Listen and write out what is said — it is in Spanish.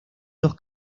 dos